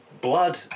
blood